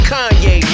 Kanye